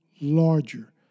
larger